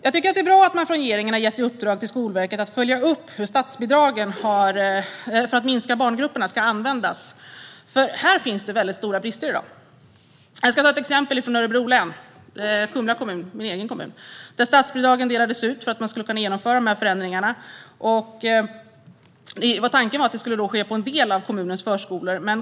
Jag tycker att det är bra att regeringen har gett Skolverket i uppdrag att följa upp hur statsbidragen för att minska barngrupperna ska användas, för här finns det stora brister i dag. Jag ska ta ett exempel från Örebro län och Kumla kommun, vilket är min hemkommun. Där delades statsbidragen ut för att man skulle kunna genomföra förändringarna, och tanken var att det skulle ske på en del av kommunens förskolor.